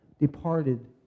departed